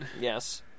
Yes